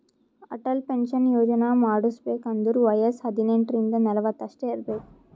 Atal pension ಯೋಜನಾ ಮಾಡುಸ್ಬೇಕ್ ಅಂದುರ್ ವಯಸ್ಸ ಹದಿನೆಂಟ ರಿಂದ ನಲ್ವತ್ ಅಷ್ಟೇ ಇರ್ಬೇಕ್